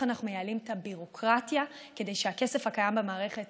אנחנו מייעלים את הביורוקרטיה כדי שהכסף הקיים במערכת